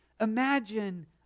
Imagine